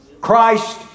Christ